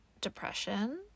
depression